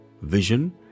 Vision